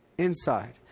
Inside